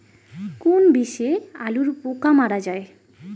কোন বিষে আলুর পোকা মারা যায়?